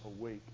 awake